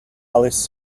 alice